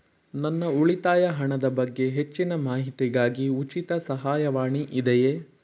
ನನ್ನ ಉಳಿತಾಯ ಹಣದ ಬಗ್ಗೆ ಹೆಚ್ಚಿನ ಮಾಹಿತಿಗಾಗಿ ಉಚಿತ ಸಹಾಯವಾಣಿ ಇದೆಯೇ?